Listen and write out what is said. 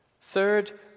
Third